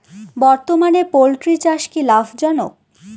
বর্তমানে পোলট্রি চাষ কি লাভজনক?